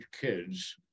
kids